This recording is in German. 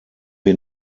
wir